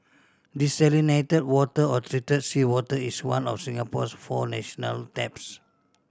desalinated water or treated seawater is one of Singapore's four national taps